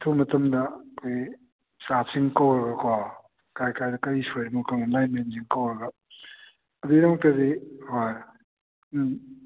ꯑꯊꯨꯕ ꯃꯇꯝꯗ ꯑꯩꯈꯣꯏꯒꯤ ꯏꯁꯇꯥꯐꯁꯤꯡ ꯀꯧꯔꯒꯀꯣ ꯀꯥꯏ ꯀꯥꯏꯗ ꯀꯔꯤ ꯁꯣꯏꯔꯤꯅꯣ ꯂꯥꯏꯟ ꯃꯦꯟꯁꯤꯡ ꯀꯧꯔꯒ ꯑꯗꯨꯒꯤꯗꯃꯛꯇꯗꯤ ꯍꯣꯏ ꯎꯝ